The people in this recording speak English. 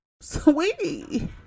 Sweetie